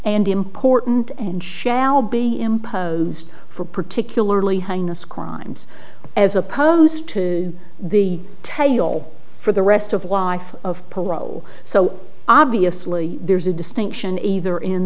and important and shall be imposed for particularly heinous crimes as opposed to the tell you all for the rest of wife of parole so obviously there's a distinction either in